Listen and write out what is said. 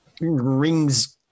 Rings